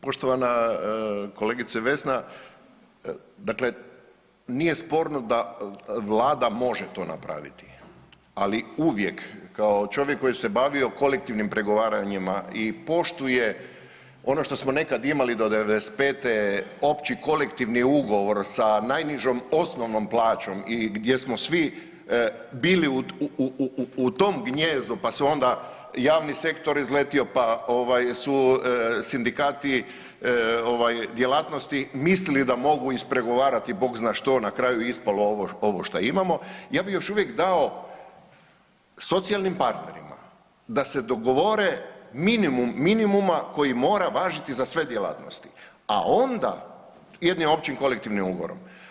Poštovana kolegice Vesna, dakle nije sporno da Vlada može to napraviti, ali uvijek kao čovjek koji se bavio kolektivnim pregovaranjima i poštuje ono što smo nekad imali do '95.-te opći kolektivni ugovor sa najnižom osnovnom plaćom i gdje smo svi bili u tom gnijezdu pa su onda javni sektor izletio, pa ovaj su sindikati ovaj djelatnosti mislili da mogu ispregovarati Bog zna što, na kraju je ispalo ovo što imamo ja bih još uvijek dao socijalnim partnerima da se dogovore minimum minimuma koji mora važiti za sve djelatnosti, a onda jednim općim kolektivnim ugovorom.